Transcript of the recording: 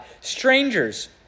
strangers